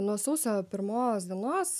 nuo sausio pirmos dienos